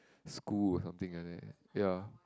school or something like that ya